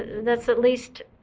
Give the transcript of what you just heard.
that's, at least,